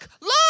Look